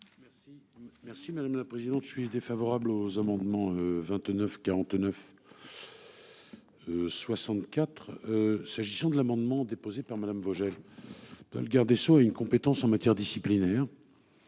Merci madame la présidente suisse défavorable aux amendements. 29 49. 64. S'agissant de l'amendement déposé par Madame Vogel. Peut le garde des Sceaux une compétence en matière disciplinaire.